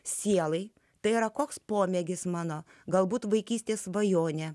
sielai tai yra koks pomėgis mano galbūt vaikystės svajonę